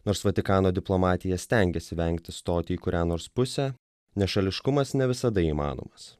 nors vatikano diplomatija stengiasi vengti stoti į kurią nors pusę nešališkumas ne visada įmanomas